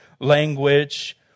language